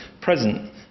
present